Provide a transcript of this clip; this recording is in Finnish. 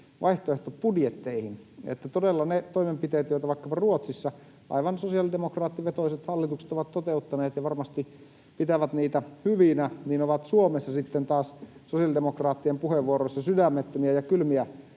vaihtoehtobudjetteihin, että todella ne toimenpiteet, joita vaikkapa Ruotsissa aivan sosiaalidemokraattivetoiset hallitukset ovat toteuttaneet ja varmasti pitävät hyvinä, ovat Suomessa sitten taas sosiaalidemokraattien puheenvuoroissa sydämettömiä ja kylmiä